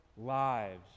lives